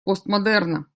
постмодерна